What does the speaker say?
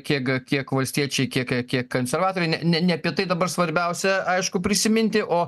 kiek kiek valstiečiai kiek kiek kiek konservatoriai ne ne ne apie tai dabar svarbiausia aišku prisiminti o